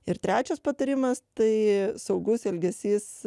ir trečias patarimas tai saugus elgesys